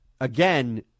again